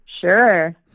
sure